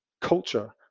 culture